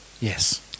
yes